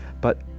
But